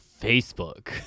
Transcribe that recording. Facebook